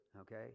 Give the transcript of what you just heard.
okay